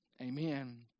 Amen